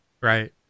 Right